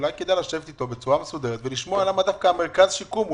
אולי כדאי לשבת איתו בצורה מסודרת ולשמוע למה דווקא מרכז השיקום נסגר.